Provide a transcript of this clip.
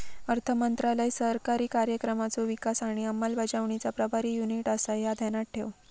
अर्थमंत्रालय सरकारी कार्यक्रमांचो विकास आणि अंमलबजावणीचा प्रभारी युनिट आसा, ह्या ध्यानात ठेव